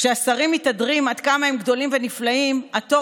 כשהשרים מתהדרים עד כמה הם גדולים ונפלאים התור